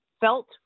felt